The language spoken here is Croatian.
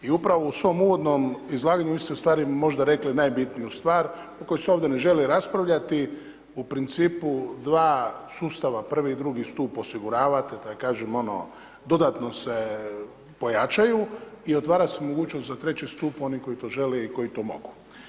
I upravo u svom izlaganju vi ste u stvari možda rekli najbitniju stvar o kojoj se ovdje ne žali raspravljati, u principu dva sustava prvi i drugi stup osiguravate da kažem ono dodatno se pojačaju i otvara se mogućnost za treći stup, oni koji to žele i koji to mogu.